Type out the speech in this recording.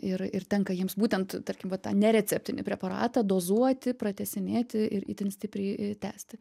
ir ir tenka jiems būtent tarkim va tą nereceptinį preparatą dozuoti pratęsinėti ir itin stipriai tęsti